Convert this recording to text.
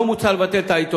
לא מוצע לבטל את העיתונים,